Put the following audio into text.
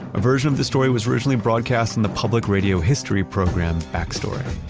a version of the story was originally broadcast in the public radio history program, backstory